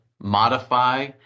modify